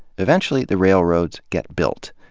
eventually the railroads get built,